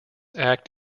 act